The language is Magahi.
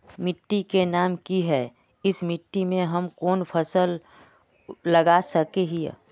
मिट्टी के नाम की है इस मिट्टी में हम कोन सा फसल लगा सके हिय?